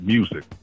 Music